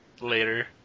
later